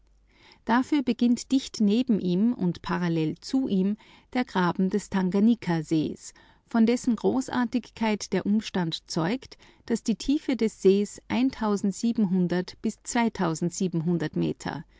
dafür beginnt dicht neben ihm und parallel zu ihm der graben des tanganikasees von dessen großartigkeit der umstand zeugt daß die tiefe des sees bis